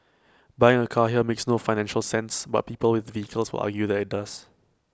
buying A car here makes no financial sense but people with vehicles will argue that IT does